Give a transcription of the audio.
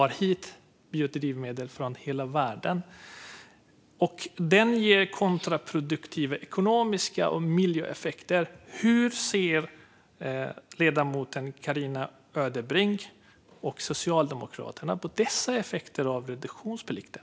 Reduktionsplikten ger också kontraproduktiva effekter ekonomiskt och miljömässigt. Hur ser ledamoten Carina Ödebrink och Socialdemokraterna på dessa effekter av reduktionsplikten?